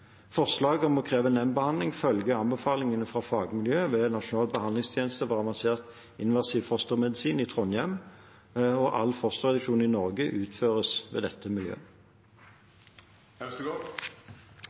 om å kreve nemndbehandling følger anbefalingene fra fagmiljøet ved Nasjonal behandlingstjeneste for avansert invasiv fostermedisin i Trondheim. Alle fosterreduksjoner i Norge utføres ved dette miljøet.